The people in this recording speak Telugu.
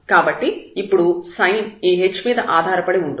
కాబట్టి ఇప్పుడు సైన్ ఈ h మీద ఆధారపడి ఉంటుంది